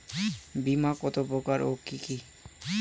বীমা কত প্রকার ও কি কি?